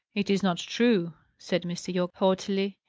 it is not true, said mr. yorke, haughtily.